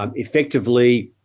um effectively